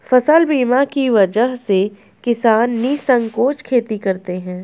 फसल बीमा की वजह से किसान निःसंकोच खेती करते हैं